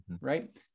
Right